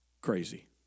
crazy